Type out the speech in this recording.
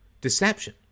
deception